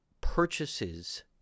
purchases